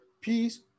peace